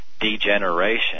degeneration